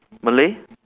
malay